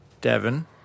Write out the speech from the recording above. Devon